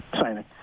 signing